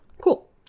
cool